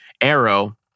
arrow